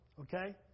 okay